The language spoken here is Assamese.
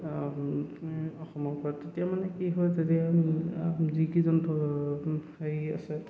অসমৰ পৰা তেতিয়া মানে কি হয়